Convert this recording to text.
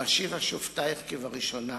ואשיבה שופטייך כבראשונה